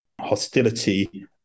hostility